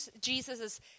Jesus